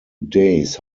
days